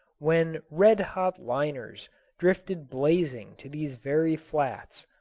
when red-hot liners drifted blazing to these very flats.